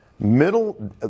Middle